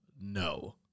No